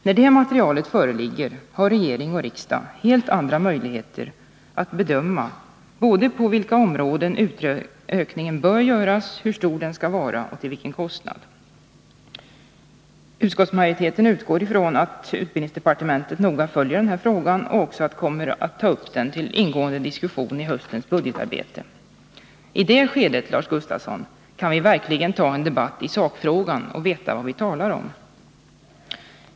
När det materialet föreligger har regering och riksdag helt andra möjligheter att bedöma på vilka områden utökningen bör göras, hur stor den skall vara och till vilken kostnad den får göras. Utskottsmajoriteten utgår från att utbildningsdepartementet noga följer frågan och också kommer att ta upp den till ingående diskussion i höstens budgetarbete. I det skedet, Lars Gustafsson, kan vi verkligen ta upp en debatt i sakfrågan och veta vad vi talar om.